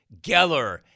Geller